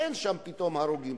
אין שם פתאום הרוגים.